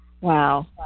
Wow